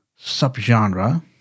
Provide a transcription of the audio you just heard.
subgenre